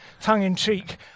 tongue-in-cheek